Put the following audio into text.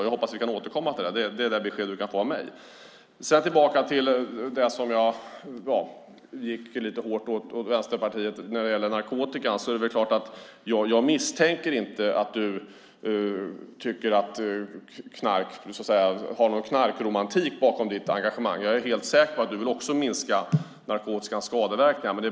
Vi hoppas som sagt kunna återkomma i frågan. Det är det besked du kan få av mig. Jag gick lite hårt åt Vänsterpartiet när det gällde narkotikan. Jag tror inte att det ligger någon knarkromantik bakom ditt engagemang, Lena Olsson. Du vill helt säkert också minska narkotikans skadeverkningar.